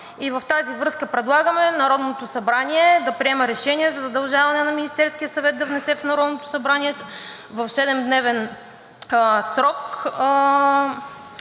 В тази връзка предлагаме Народното събрание да приеме решение за задължаване на Министерския съвет да внесе в Народното събрание в седемдневен срок